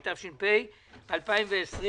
התש"ף-2020,